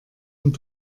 und